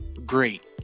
great